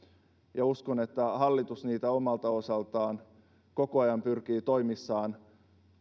ja uskon että hallitus omalta osaltaan koko ajan pyrkii toimissaan